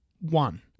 one